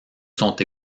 sont